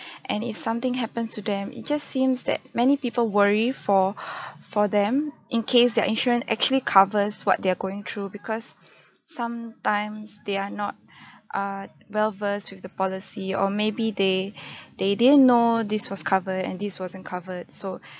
and if something happens to them it just seems that many people worry for for them in case their insurance actually covers what they're going through because sometimes they are not uh well versed with the policy or maybe they they didn't know this was covered and this wasn't covered so